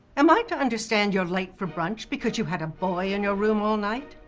am i to understand you're late for brunch because you had a boy in your room all night?